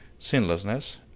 sinlessness